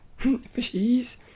fishies